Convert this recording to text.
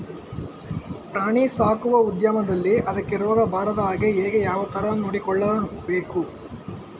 ಪ್ರಾಣಿ ಸಾಕುವ ಉದ್ಯಮದಲ್ಲಿ ಅದಕ್ಕೆ ರೋಗ ಬಾರದ ಹಾಗೆ ಹೇಗೆ ಯಾವ ತರ ನೋಡಿಕೊಳ್ಳಬೇಕು?